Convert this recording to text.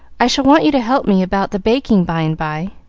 i shall want you to help me about the baking, by and by.